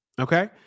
okay